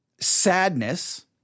sadness